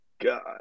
God